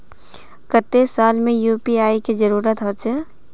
केते साल में यु.पी.आई के जरुरत होचे?